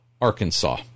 Arkansas